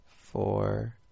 four